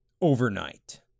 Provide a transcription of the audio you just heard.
overnight